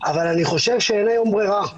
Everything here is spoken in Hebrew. אבל אני חושב שאין היום ברירה,